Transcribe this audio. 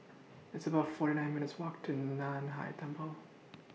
It's about forty nine minutes' Walk to NAN Hai Temple